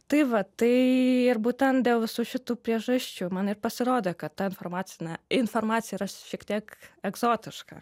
tai va tai ir būtent dėl visų šitų priežasčių man ir pasirodė kad ta informacinė informacija yra šiek tiek egzotiška